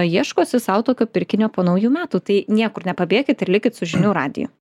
ieškosi sau tokio pirkinio po naujų metų tai niekur nepabėkit ir likit su žinių radiju